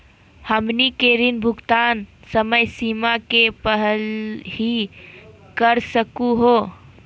हमनी के ऋण भुगतान समय सीमा के पहलही कर सकू हो?